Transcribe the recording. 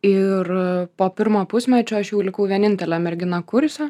ir po pirmo pusmečio aš jau likau vienintelė mergina kurse